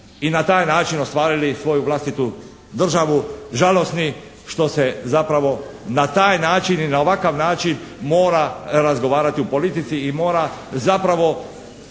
i na taj način ostvarili svoju vlastitu državu žalosni što se zapravo na taj način i na ovakav način mora razgovarati o politici i mora zapravo